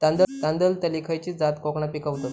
तांदलतली खयची जात कोकणात पिकवतत?